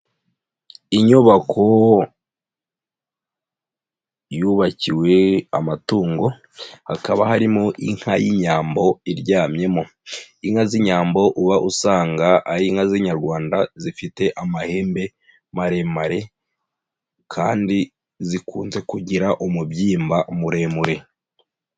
Inyubako yubakiwe amatungo hakaba harimo inka y'inyambo iryamyemo, inka z'inyambo uba usanga ari inka z'inyarwanda zifite amahembe maremare, kandi zikunze kugira umubyimba muremure.